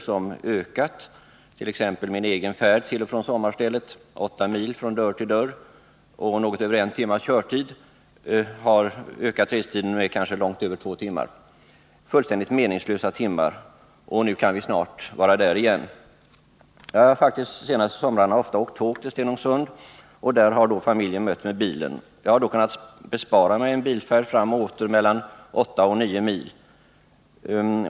För att ta ett exempel kan jag nämna att min restid då till och från sommarstället — det rör sig om en sträcka på åtta mil från dörr till dörr — ökade från normalt något över en timme till något över två timmar, och jag skulle vilja säga fullständigt meningslösa timmar. Nu kan vi snart vara tillbaka i den situationen. De senaste somrarna har jag faktiskt ofta tagit tåget till Stenungsund, och där har familjen mött mig med bilen. Jag har då kunnat bespara mig en bilfärd fram och åter på mellan 8 och 9 mil.